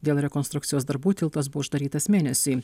dėl rekonstrukcijos darbų tiltas buvo uždarytas mėnesį